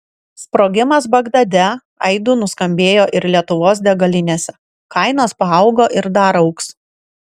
sprogimas bagdade aidu nuskambėjo ir lietuvos degalinėse kainos paaugo ir dar augs